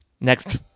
Next